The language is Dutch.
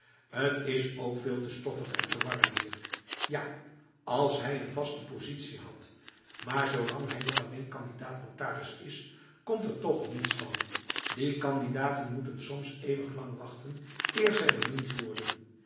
t is ook veel te stoffig en te warm hier ja als hij een vaste positie had maar zoolang hij nog alleen candidaat notaris is komt er toch niets van die candidaten moeten soms eeuwig lang wachten eer zij benoemd worden